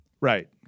Right